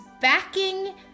backing